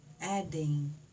adding